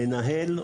המנהל,